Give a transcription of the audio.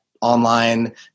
online